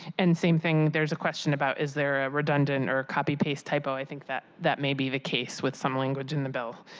and same thing. there is a question about, is there a redundant, or copy paste typo. i think that that may be the case with some language in the bill.